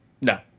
No